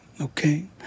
Okay